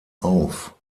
auf